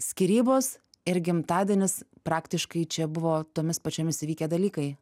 skyrybos ir gimtadienis praktiškai čia buvo tomis pačiomis įvykę dalykai